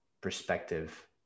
perspective